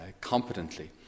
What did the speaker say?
competently